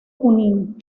junín